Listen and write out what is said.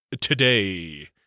today